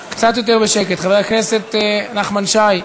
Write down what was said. קצת יותר בשקט, חבר הכנסת נחמן שי,